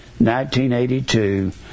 1982